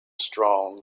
strong